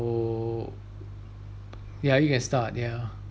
ya you can start ya